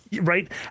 right